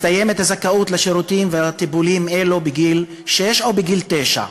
מסתיימת הזכאות לשירותים ולטיפולים אלו בגיל שש או בגיל תשע.